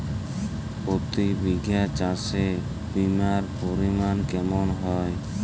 প্রতি বিঘা চাষে বিমার পরিমান কেমন হয়?